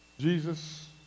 Jesus